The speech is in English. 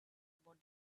about